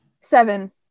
Seven